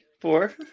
four